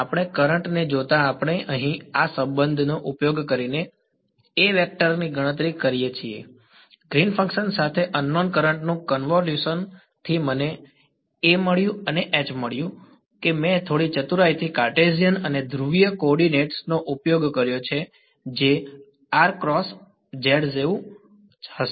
આપેલ કરંટ ને જોતા આપણે અહીં આ સંબંધનો ઉપયોગ કરીને વેક્ટર ની ગણતરી કરી શકીએ છીએ ગ્રીન ફંક્શન સાથે અનનૉન કરંટ નું કન્વોલ્યુશ થી મને મળ્યું મને મળ્યું કે મેં થોડી ચતુરાઈથી કાર્ટેશિયન અને ધ્રુવીય કોઓર્ડિનેટ્સ નો ઉપયોગ કર્યો છે કે જે જેવુ હશે